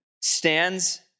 stands